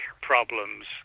problems